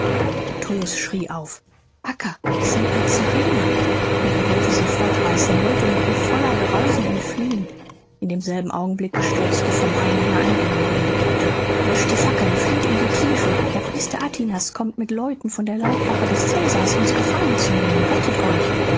schrie auf acca es sind nazarener und er wollte sie fortreißen wollte mit ihr voller grausen entfliehen in demselben augenblick stürzte vom hain her ein jüngling in die grotte löscht die fackeln flieht in die tiefe der priester atinas kommt mit leuten von der leibwache des cäsars uns gefangen zu nehmen rettet euch